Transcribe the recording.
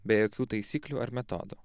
be jokių taisyklių ar metodų